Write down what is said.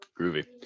groovy